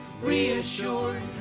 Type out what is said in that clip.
reassured